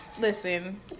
listen